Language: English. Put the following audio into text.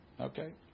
Okay